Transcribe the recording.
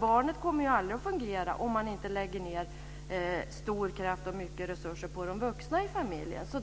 Barnet kommer ju aldrig att fungera om man inte lägger ned stor kraft och mycket resurser på de vuxna i familjen.